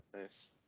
Nice